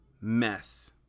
mess